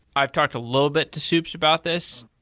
i've talked a little bit to soups about this.